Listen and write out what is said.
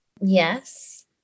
Yes